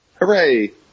Hooray